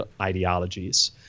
ideologies